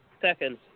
Second